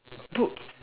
poop